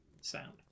sound